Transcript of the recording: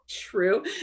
true